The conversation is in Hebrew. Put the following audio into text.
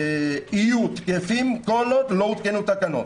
יהיו תקפות כל עוד לא הותקנו תקנות.